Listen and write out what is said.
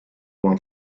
one